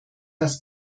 das